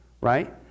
right